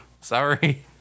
Sorry